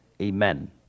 Amen